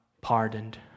pardoned